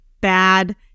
Bad